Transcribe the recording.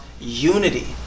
unity